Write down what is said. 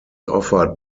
offered